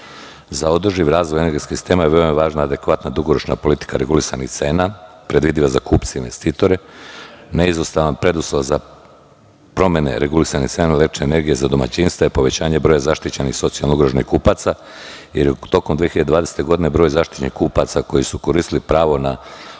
Za održiv razvoj energetskog sistema veoma je važna adekvatna dugoročna politika regulisanih cena, predvidiva za kupce i investitore. Neizostavan preduslov za promene regulisane cene električne energije za domaćinstva je povećanje broja zaštićenih socijalno ugroženih kupaca, jer je tokom 2020. godine broj zaštićenih kupaca koji su koristili pravo na